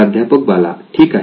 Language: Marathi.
प्राध्यापक बाला ठीक आहे